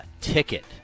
Ticket